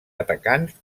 atacants